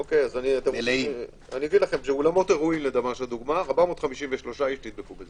למשל, אולמות אירועים, 453 איש נדבקו,